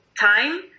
time